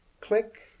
Click